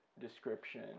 description